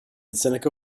seneca